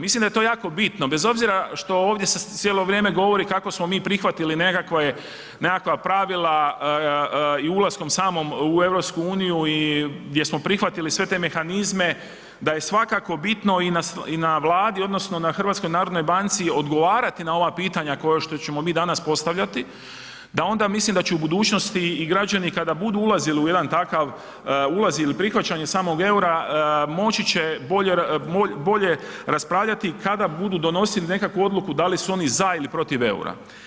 Mislim da je to jako bitno bez obzira što ovdje se cijelo vrijeme govori kako smo mi prihvatili nekakva pravila i ulaskom samim u EU-u i gdje smo prihvatili sve te mehanizme, da je svakako bitno i na Vladi odnosno i HNB-u, odgovarati na ova pitanja koja što ćemo mi danas postavljati, da onda mislim da će u budućnosti i građani kada budu ulazili u jedan takav ulaz ili prihvaćanje samog eura, moći će bolje raspravljati kada budu donosili nekakvu odluku da li su oni za ili protiv eura.